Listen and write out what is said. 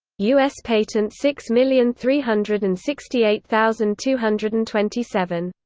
u s. patent six million three hundred and sixty eight thousand two hundred and twenty seven,